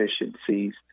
efficiencies